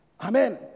Amen